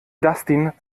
dustin